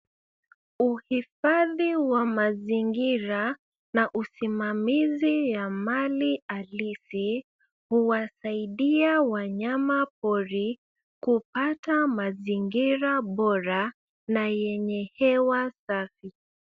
Uhifadhi wa mazingira na usimamizi ya mali alisi huwasaidia wanyama pori kupata mazingira bora na nyenye hewa safi.